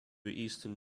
eastern